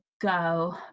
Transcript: go